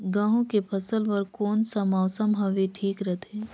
गहूं के फसल बर कौन सा मौसम हवे ठीक रथे?